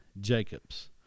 Jacobs